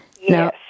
Yes